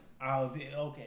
okay